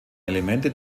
elemente